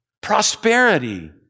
Prosperity